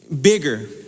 bigger